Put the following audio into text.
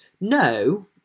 No